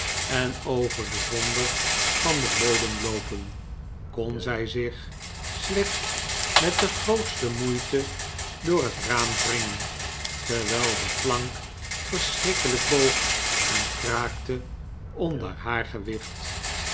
en over den vonder van den molen loopen kon zij zich slechts met de grootste moeite door het raam wringen terwijl de plank verschrikkelijk boog en kraakte onder haar gewicht